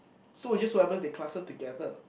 so it's just so happens they cluster together